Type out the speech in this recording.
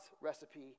recipe